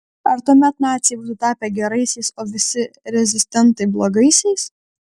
ar tuomet naciai būtų tapę geraisiais o visi rezistentai blogaisiais